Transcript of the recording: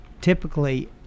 Typically